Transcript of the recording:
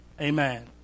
Amen